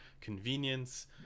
convenience